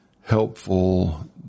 helpful